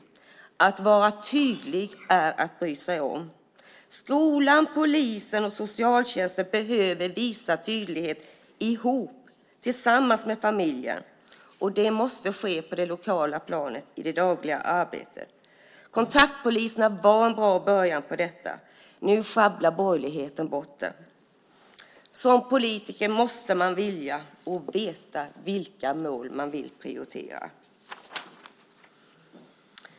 Att vara tydlig är att bry sig om. Skola, polis och socialtjänst behöver visa tydlighet tillsammans med familjen, och det måste ske på det lokala planet i det dagliga arbetet. Kontaktpoliserna var en bra början på detta. Nu sjabblar borgerligheten bort det. Som politiker måste man vilja och veta vilka mål man vill prioritera.